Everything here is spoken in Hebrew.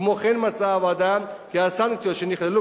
כמו כן מצאה הוועדה כי הסנקציות שנכללו